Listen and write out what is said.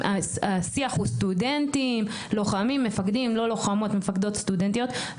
השיח הוא סטודנטים לוחמים ומפקדים לא לוחמות מפקדות סטודנטיות.